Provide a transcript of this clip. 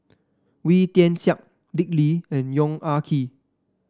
Wee Tian Siak Dick Lee and Yong Ah Kee